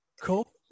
cool